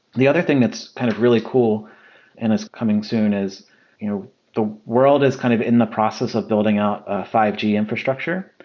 the other thing that's kind of really cool and is coming soon is you know the world is kind of in the process of building out ah five g infrastructure,